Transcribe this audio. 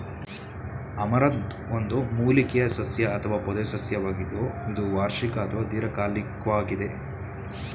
amaranth ಒಂದು ಮೂಲಿಕೆಯ ಸಸ್ಯ ಅಥವಾ ಪೊದೆಸಸ್ಯವಾಗಿದ್ದು ಇದು ವಾರ್ಷಿಕ ಅಥವಾ ದೀರ್ಘಕಾಲಿಕ್ವಾಗಿದೆ